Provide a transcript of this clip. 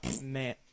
man